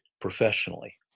professionally